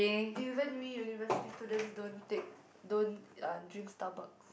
even we university students don't take don't uh drink Starbucks